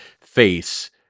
face